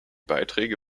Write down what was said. beiträge